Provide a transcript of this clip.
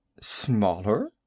Smaller